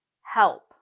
Help